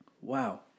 Wow